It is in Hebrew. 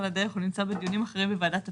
הדרך נמצא בדיונים אחרים בוועדת הפנים.